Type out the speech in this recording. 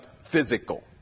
physical